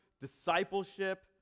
discipleship